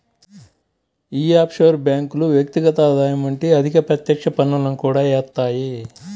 యీ ఆఫ్షోర్ బ్యేంకులు వ్యక్తిగత ఆదాయం వంటి అధిక ప్రత్యక్ష పన్నులను కూడా యేత్తాయి